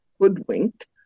hoodwinked